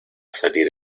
salir